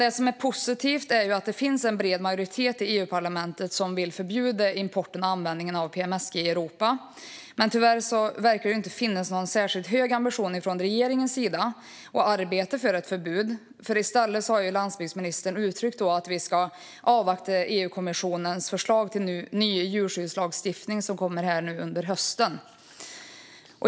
Det som är positivt är att det finns en bred majoritet i EU-parlamentet som vill förbjuda importen och användningen av PMSG i Europa. Men tyvärr verkar det inte finnas någon särskilt hög ambition från regeringens sida att arbeta för ett förbud. I stället har landsbygdsministern uttryckt att vi ska avvakta EU-kommissionens förslag till ny djurskyddslagstiftning som kommer under hösten.